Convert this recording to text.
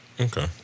Okay